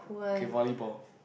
okay volleyball